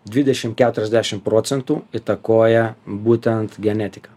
dvidešim keturiasdešim procentų įtakoja būtent genetika